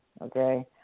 okay